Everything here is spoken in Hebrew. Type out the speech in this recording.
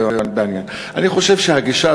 אני חושב שהגישה,